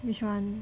which one